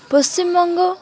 Paschimbanga